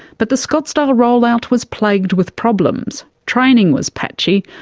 but the scottsdale rollout was plagued with problems, training was patchy,